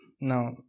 now